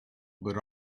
but